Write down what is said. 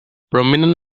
prominent